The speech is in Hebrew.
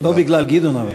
לא בגלל גדעון אבל.